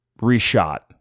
reshot